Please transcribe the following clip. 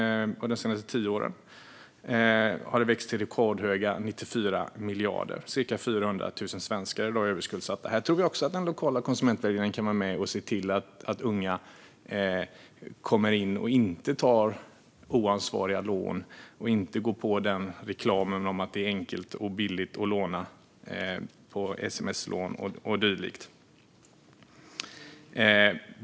Under de senaste tio åren har det växt till rekordhöga 94 miljarder. Cirka 400 000 svenskar är i dag överskuldsatta. Även här tror vi att den lokala konsumentvägledningen kan vara med och se till att unga inte tar oansvariga lån och inte går på reklamen att det är enkelt och billigt med sms-lån och dylikt.